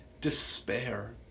despair